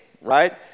right